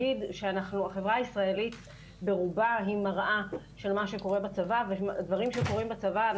החברה הישראלית ברובה היא מראה של מה שקורה בצבא ודברים שקורים בצבא.